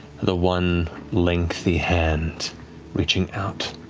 the one lengthy hand reaching out,